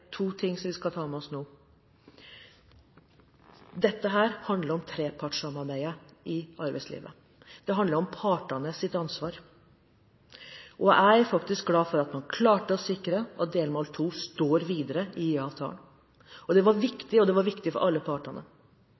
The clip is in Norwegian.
dette handler om trepartssamarbeidet i arbeidslivet. Det handler om partenes ansvar. Jeg er faktisk glad for at man klarte å sikre at delmål 2 står videre i IA-avtalen. Det var viktig for alle partene. Jeg synes det er veldig gledelig at NHO nå faktisk tar ansvar og kjører prosjektet Ringer i vannet, for